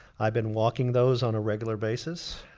i've been walking those on a regular basis.